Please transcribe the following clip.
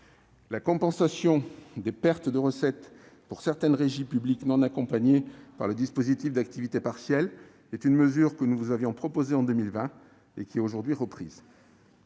La compensation des pertes de recettes pour certaines régies publiques non accompagnées par le dispositif d'activité partielle, que nous vous avions proposée en 2020, est aujourd'hui reprise